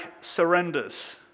surrenders